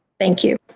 thank you.